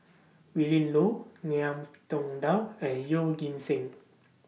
Willin Low Ngiam Tong Dow and Yeoh Ghim Seng